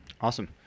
Awesome